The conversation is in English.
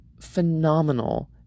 phenomenal